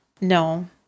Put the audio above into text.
no